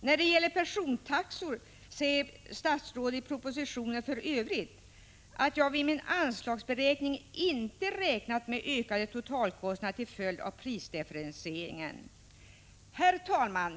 När det gäller persontaxor säger statsrådet i propositionen att ”jag vid min anslagsberäkning inte räknat med ökade totalintäkter till följd av ökad prisdifferentiering”. Herr talman!